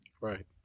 Right